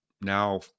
now